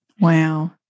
Wow